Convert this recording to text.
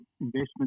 investment